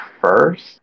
first